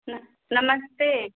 न नमस्ते